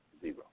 Zero